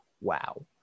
wow